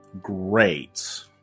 Great